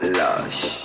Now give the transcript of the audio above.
lush